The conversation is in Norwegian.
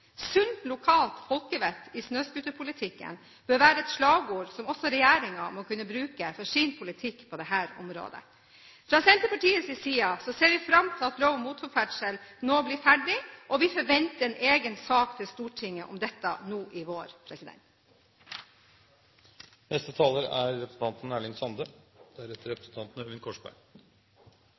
Sunt, lokalt folkevett i snøscooterpolitikken bør være et slagord som også regjeringen må kunne bruke for sin politikk på dette området. Fra Senterpartiets side ser vi fram til at lov om motorferdsel nå blir ferdig, og vi forventer en egen sak til Stortinget om dette nå i vår.